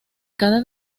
cada